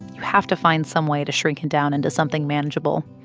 have to find some way to shrink it down into something manageable.